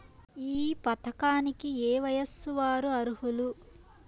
ఈ పథకానికి ఏయే వయస్సు వారు అర్హులు?